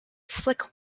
slick